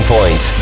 Point